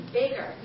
bigger